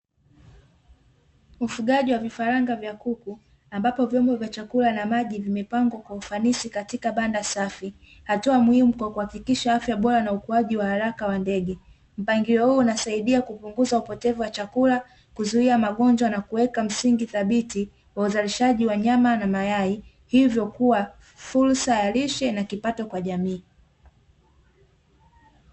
Ufugaji wa vifaranga vya kuku, ambapo vyombo vya chakula na maji vimepangwa kwa ufanisi katika banda safi, hatua muhimu kwa kuhakikisha afya bora na ukuaji wa haraka wa ndege, mpangilio huu unasaidia kupunguza upotevu wa chakula, kuzuia magonjwa na kuweka msingi thabiti wa uzalishaji wa nyama na mayai, hivyo kuwa fursa ya lishe na kipato kwa jamii.